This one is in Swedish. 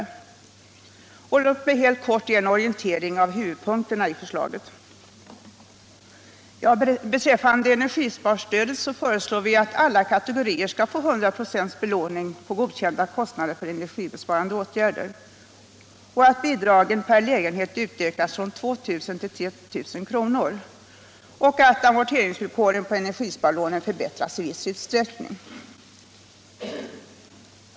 Låt mig helt kort ge en orientering om huvudpunkterna i regeringens förslag. Beträffande energisparstödet föreslår vi att alla kategorier skall få 100 96 belåning på godkända kostnader för energisparande åtgärder, att amorteringsvillkoren på energisparlånen förbättras i viss utsträckning.